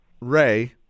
Ray